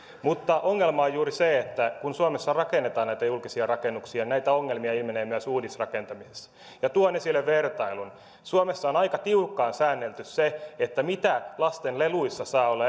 mutta ongelma on juuri se että kun suomessa rakennetaan näitä julkisia rakennuksia niin näitä ongelmia ilmenee myös uudisrakentamisessa tuon esille vertailun suomessa on aika tiukkaan säännelty se mitä erilaisia materiaaleja lasten leluissa saa olla